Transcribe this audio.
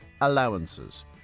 allowances